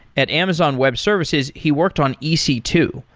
at amazon web services, he worked on e c two,